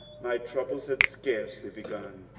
my troubles had scarcely begun.